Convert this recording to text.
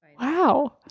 Wow